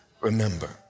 remember